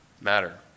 matter